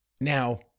Now